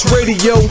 Radio